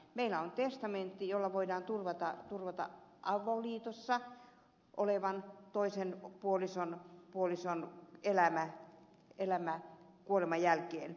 meillä on testamentti jolla voidaan turvata avoliitossa olevan puolison elämä toisen kuoleman jälkeen